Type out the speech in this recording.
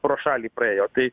pro šalį praėjo tai